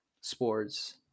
sports